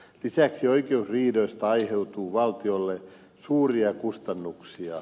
lisäksi oikeusriidoista aiheutuu valtiolle suuria kustannuksia